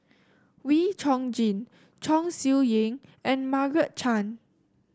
Wee Chong Jin Chong Siew Ying and Margaret Chan